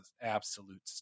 absolute